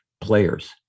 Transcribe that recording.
players